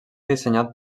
dissenyat